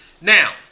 Now